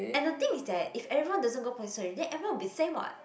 and the thing is that if everyone doesn't go plastic surgery then everyone will be same [what]